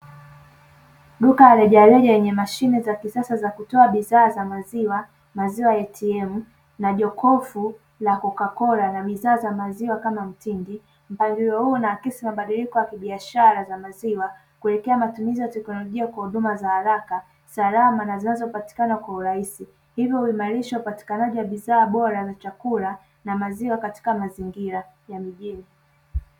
Duka la rejareja lenye mashine za kisasa za kutoa bidhaa za maziwa, maziwa atm na jokofu la kokakola na bidhaa za maziwa kama mtindi. Mpangilio huu unaakisi mabadiliko ya kibiashara za maziwa, kuwekewa matumizi ya kiteknolojia kwa huduma za haraka, salama na zinazopatikana kwa urahisi, hivyo huimarisha upatikanaji wa bidhaa bora na chakula na maziwa katika mazingira ya mijini.